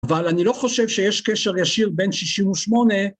אבל אני לא חושב שיש קשר ישיר בין שישים ושמונה.